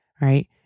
right